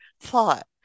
thought